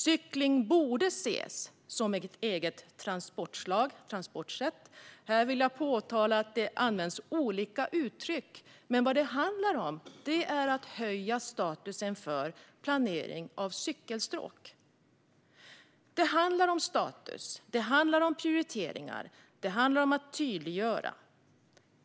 Cykling borde ses som ett eget transportslag och transportsätt. Här vill jag påpeka att det används olika uttryck men att det handlar om att höja statusen för planering av cykelstråk. Det handlar om status, prioriteringar och att tydliggöra.